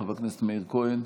חבר הכנסת מאיר כהן,